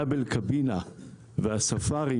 הדאבל-קבינה והספארי,